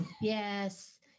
Yes